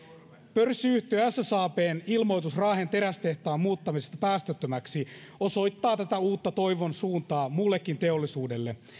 pörssiyhtiö ssabn ilmoitus raahen terästehtaan muuttamisesta päästöttömäksi osoittaa tätä uutta toivon suuntaa muullekin teollisuudelle